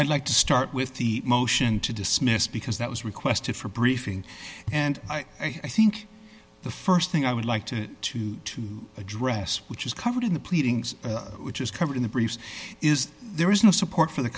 i'd like to start with the motion to dismiss because that was requested for a briefing and i think the st thing i would like to to to address which is covered in the pleadings which is covered in the briefs is there is no support for the